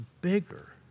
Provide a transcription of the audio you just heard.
bigger